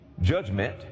judgment